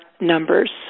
numbers